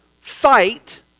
fight